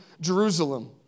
Jerusalem